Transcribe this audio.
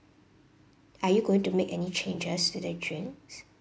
are you going to make any changes to the drinks